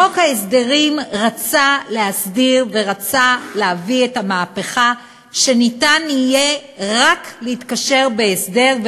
חוק ההסדרים רצה להסדיר ורצה להביא את המהפכה שיהיה רק להתקשר בהסדר,